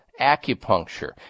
acupuncture